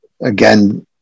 again